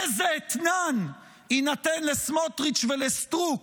איזה אתנן יינתן לסמוטריץ' ולסטרוק